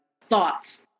thoughts